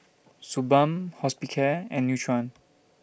Suu Balm Hospicare and Nutren